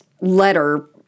letter